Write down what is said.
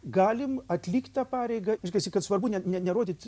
galim atlikt tą pareigą reiškiasi kad svarbu ne ne nerodyt